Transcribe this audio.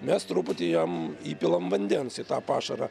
mes truputį jom įpilam vandens į tą pašarą